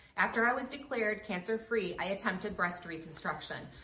after i was declared cancer free, i attempted breast reconstruction.